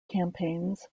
campaigns